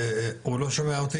הוא לא שומע אותי,